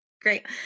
great